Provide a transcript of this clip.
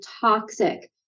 toxic